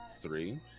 Three